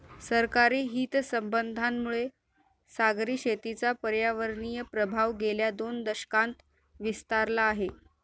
सरकारी हितसंबंधांमुळे सागरी शेतीचा पर्यावरणीय प्रभाव गेल्या दोन दशकांत विस्तारला आहे